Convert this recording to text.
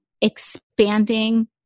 expanding